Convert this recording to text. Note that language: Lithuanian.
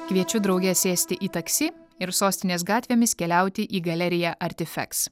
kviečiu drauge sėsti į taksi ir sostinės gatvėmis keliauti į galeriją artifeks